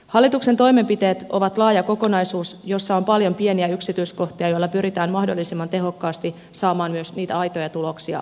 hallituksen toimenpiteet ovat laaja kokonaisuus jossa on paljon pieniä yksityiskohtia joilla pyritään mahdollisimman tehokkaasti samaan myös niitä aitoja tuloksia aikaan